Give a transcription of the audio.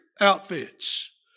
outfits